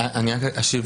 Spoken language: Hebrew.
אני אשיב